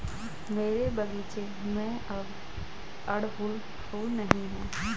मेरे बगीचे में अब अड़हुल फूल नहीं हैं